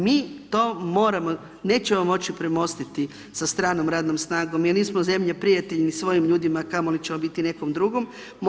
Mi to moramo, nećemo moći premostiti sa stranom radnom snagom jer nismo zemlje prijatelji ni svojim ljudima a kamoli ćemo biti nekom drugom.